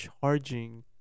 charging